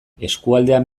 eskualdean